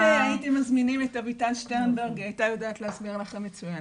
אם הייתם מזמינים את אביטל שטרנברג היא הייתה יודעת להסביר לכם מצוין.